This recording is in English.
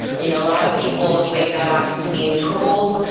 you know a lot of people equate devops to mean tools.